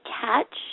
catch